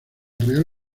real